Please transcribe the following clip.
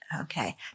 Okay